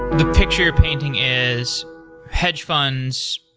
the picture you're painting is hedge fund,